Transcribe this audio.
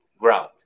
ground